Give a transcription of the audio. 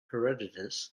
herodotus